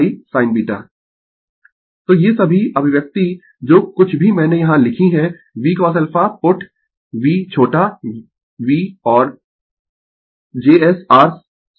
Refer Slide Time 2307 जो कुछ भी मैंने यहाँ लिखी है VCosα पुट v छोटा V और js r sin α